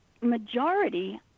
majority